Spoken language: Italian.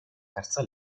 terza